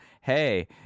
hey